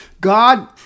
God